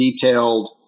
detailed